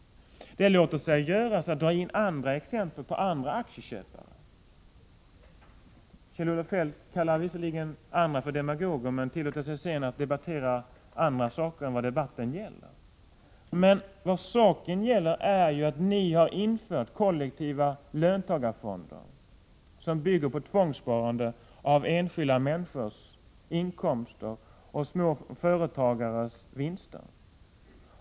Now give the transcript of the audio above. Det låter sig göras att dra in andra exempel, på andra aktieköpare. Kjell-Olof Feldt kallar visserligen andra för demagoger, men tillåter sig sedan att debattera andra saker än vad debatten gäller. Saken gäller att ni har infört kollektiva löntagarfonder som bygger på tvångssparande av enskilda människors inkomster och småföretagares vinster.